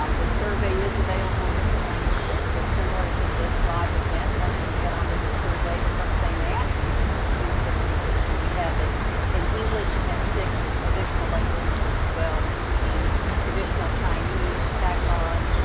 um the survey is available in different languages, so similar to this live event, once you get to the survey the first thing they ask you is to choose the language. and we have it in english and six additional languages as well, including traditional chinese, tagalog,